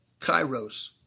Kairos